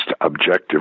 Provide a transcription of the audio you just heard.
objective